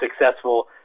successful